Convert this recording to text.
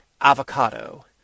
avocado